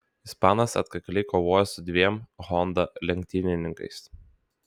ispanas atkakliai kovojo su dviem honda lenktynininkais